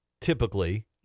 typically